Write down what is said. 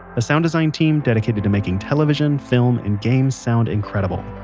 a sound design team dedicated to making television film and game sound and kind of um